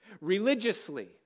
Religiously